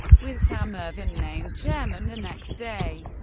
with sam ervin named chairman the next day.